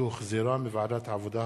שהחזירה ועדת העבודה,